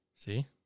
see